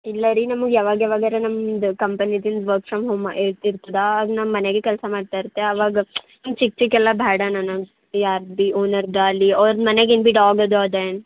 ಇಲ್ಲ ರೀ ನಮಗೆ ಯಾವಾಗ ಯಾವಾಗಾರ ನಮ್ದು ಕಂಪನಿತಿಲ್ಲ ವರ್ಕ್ ಫ್ರಮ್ ಹೋಮ್ ಮ್ ಇರ್ತಿರ್ತದೆ ಅದು ನಮ್ಮ ಮನೆಗೆ ಕೆಲಸ ಮಾಡ್ತಾ ಇರುತ್ತೆ ಆವಾಗ ಹಿಂಗೆ ಚಿಕ್ಕ ಚಿಕ್ಕ ಎಲ್ಲ ಬೇಡ ನನಗೆ ಯಾರದೂ ಭೀ ಓನರ್ದು ಅಲ್ಲಿ ಅವ್ರು ಮನೆಗೆ ಏನು ಭೀ ಡಾಗ್ ಅದು ಅದು ಏನು